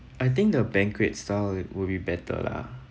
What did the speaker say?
I think the banquet style would be better lah